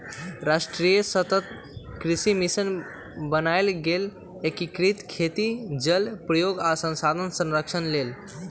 राष्ट्रीय सतत कृषि मिशन बनाएल गेल एकीकृत खेती जल प्रयोग आ संसाधन संरक्षण लेल